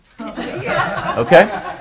okay